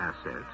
assets